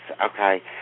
okay